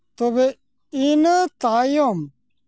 ᱛᱚᱵᱮ ᱤᱱᱟᱹ ᱛᱟᱭᱚᱢ